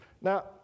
Now